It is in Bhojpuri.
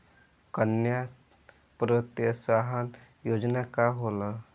कन्या प्रोत्साहन योजना का होला?